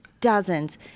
dozens